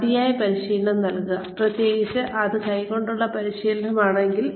മതിയായ പരിശീലനം നൽകുക പ്രത്യേകിച്ച് അത് കൈകൊണ്ടുള്ള പരിശീലനമാണെങ്കിൽ